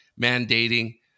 mandating